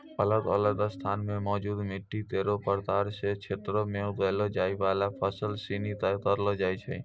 अलग अलग स्थान म मौजूद मिट्टी केरो प्रकार सें क्षेत्रो में उगैलो जाय वाला फसल सिनी तय करलो जाय छै